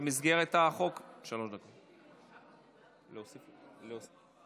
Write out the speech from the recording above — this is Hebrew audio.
במסגרת החוק, שלוש דקות, בבקשה.